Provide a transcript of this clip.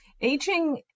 aging